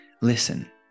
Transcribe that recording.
listen